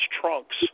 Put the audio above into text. trunks